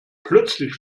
plötzlich